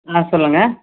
ஆ சொல்லுங்கள்